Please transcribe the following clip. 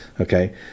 Okay